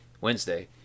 Wednesday